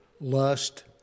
lust